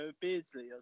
Beardsley